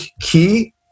key